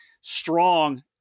strong